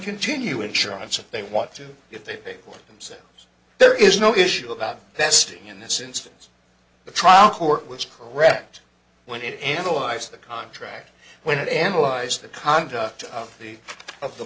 continue insurance if they want to if they pay for it themselves there is no issue about testing in this instance the trial court was correct when it analyzed the contract when it analyzed the conduct of the of the